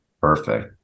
perfect